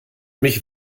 mich